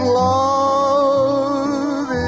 love